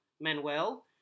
Manuel –